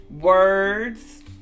Words